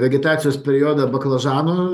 vegetacijos periodą baklažanų